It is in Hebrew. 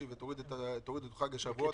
ותורידו את חג השבועות,